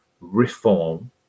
reform